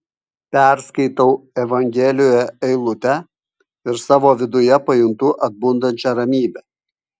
perskaitau evangelijoje eilutę ir savo viduje pajuntu atbundančią ramybę